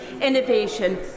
innovation